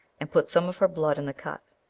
and put some of her blood in the cut.